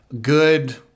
good